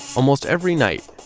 almost every night,